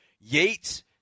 Yates